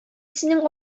синең